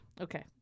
Okay